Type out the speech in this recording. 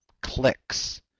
clicks